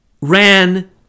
ran